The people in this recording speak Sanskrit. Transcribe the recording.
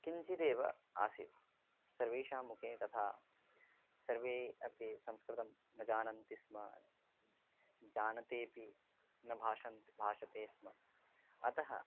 किञ्चिदेव आसीत् सर्वेषां मुखे तथा सर्वे अपि संस्कृतं न जानन्ति स्म जानन्त्यपि न भाषन्ते भाषन्ते स्म अतः